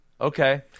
okay